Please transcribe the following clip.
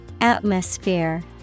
Atmosphere